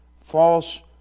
false